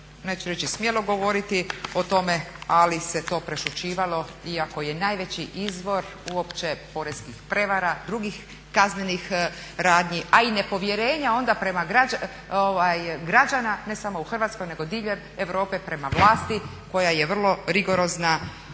neću reći smjelo govoriti o tome, ali se to prešućivalo iako je najveći izvor uopće poreskih prevara drugih kaznenih radnji, a i nepovjerenja onda građana ne samo u Hrvatskoj nego diljem Europe prema vlasti koja je vrlo rigorozna kad